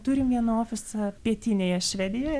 turim vieną ofisą pietinėje švedijoje